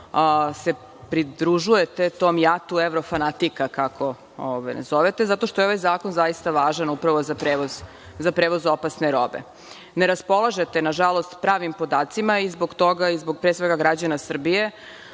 pridružujete tom jatu evrofanatika, kako nas zovete, zato što je ovaj zakon zaista važan upravo za prevoz opasne robe. Ne raspolažete, nažalost, pravim podacima. Zbog toga i pre svega zbog građana Srbije,